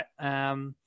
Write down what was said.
right